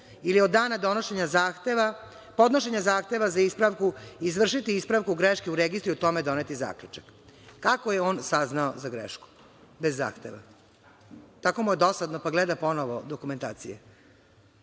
ili od dana podnošenja zahteva za ispravku, izvršiti ispravku greške u registru i o tome doneti zaključak“. Kako je on saznao za grešku bez zahteva? Tako mu je dosadno, pa gleda ponovo dokumentaciju?